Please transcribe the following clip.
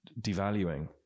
devaluing